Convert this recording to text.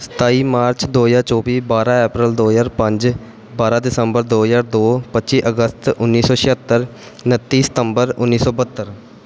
ਸਤਾਈ ਮਾਰਚ ਦੋ ਹਜ਼ਾਰ ਚੌਵੀ ਬਾਰ੍ਹਾਂ ਅਪ੍ਰੈਲ ਦੋ ਹਜ਼ਾਰ ਪੰਜ ਬਾਰ੍ਹਾਂ ਦਸੰਬਰ ਦੋ ਹਜ਼ਾਰ ਦੋ ਪੱਚੀ ਅਗਸਤ ਉੱਨੀ ਸੌ ਛਿਹੱਤਰ ਉਨੱਤੀ ਸਤੰਬਰ ਉੱਨੀ ਸੌ ਬਹੱਤਰ